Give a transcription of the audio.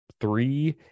three